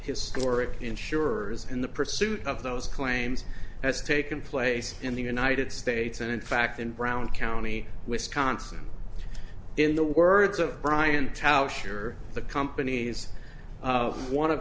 historic insurers in the pursuit of those claims has taken place in the united states and in fact in brown county wisconsin in the words of brian tauscher the company's one of